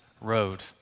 Road